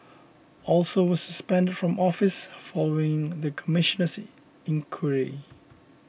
also were suspended from office following the Commissioner's inquiry